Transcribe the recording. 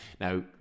Now